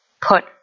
put